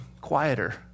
quieter